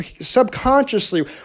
subconsciously